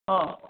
ꯑꯥ